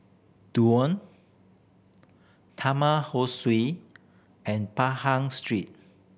Duo Taman Ho Swee and Pahang Street